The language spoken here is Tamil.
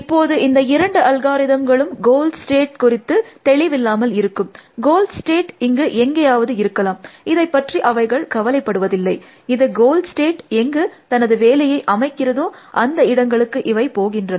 இப்போது இந்த இரண்டு அல்காரிதம்களும் கோல் ஸ்டேட் குறித்து தெளிவில்லாமல் இருக்கும் கோல் ஸ்டேட் இங்கு எங்கயாவது இருக்கலாம் அதை பற்றி அவைகள் கவலைப்படுவதில்லை இது கோல் ஸ்டேட் எங்கு தனது வேலையை அமைக்கிறதோ அந்த இடங்களுக்கு இவை போகின்றன